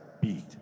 beat